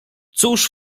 cóż